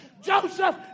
Joseph